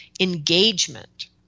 engagement